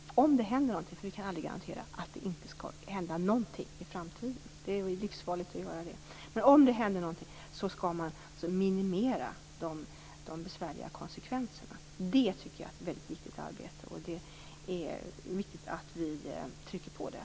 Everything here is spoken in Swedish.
Om det händer något - vi kan aldrig garantera att det i framtiden aldrig kommer att hända någonting, det är livsfarligt att göra det - skall man minimera de besvärliga konsekvenserna. Det är ett väldigt viktigt arbete, och det är viktigt att vi trycker på det.